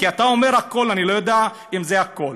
כי אתה אומר "הכול" אני לא יודע אם זה הכול.